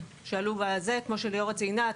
כמו שליאורה ציינה,